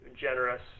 generous